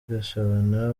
gashabana